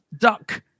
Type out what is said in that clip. duck